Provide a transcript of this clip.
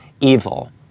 evil